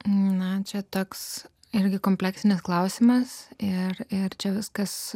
na čia toks irgi kompleksinis klausimas ir ir čia viskas